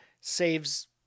saves